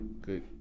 good